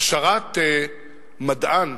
הכשרת מדען